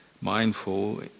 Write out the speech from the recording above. mindful